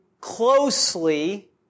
closely